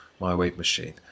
mywavemachine